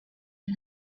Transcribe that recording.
and